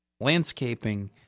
Landscaping